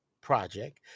project